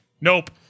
Nope